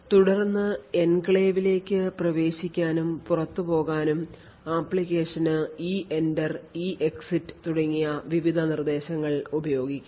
തുടർന്ന് എൻക്ലേവിലേക്ക് പ്രവേശിക്കാനും പുറത്തുപോകാനും ആപ്ലിക്കേഷന് EENTER EEXIT തുടങ്ങിയ വിവിധ നിർദ്ദേശങ്ങൾ ഉപയോഗിക്കാം